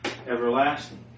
everlasting